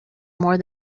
more